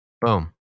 Boom